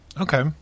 Okay